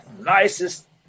nicest